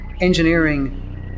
engineering